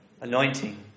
anointing